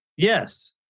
Yes